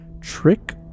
trick